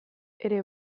ere